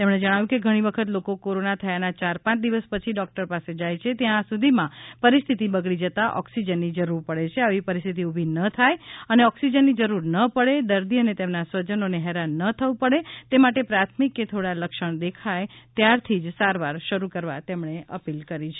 તેમણે જણાવ્યું છે કે ઘણી વખત લોકો કોરોના થયાના યાર પાંચ દિવસ પછી ડોક્ટર પાસે જાય છે ત્યાં સુધીમાં પરિસ્થિતિ બગડી જતાં ઓક્સિજનની જરૂર પડે છે આવી પરિસ્થિતિ ઊભી ન થાય અને ઓક્સિજનની જરૂર ન પડે દર્દી અને તેમના સ્વજનોને હેરાન ન થવું પડે માટે પ્રાથમિક કે થોડા લક્ષણ દેખાય ત્યારથી જ સારવાર શરૂ કરવા તેમણે અપીલ કરી છે